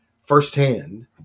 firsthand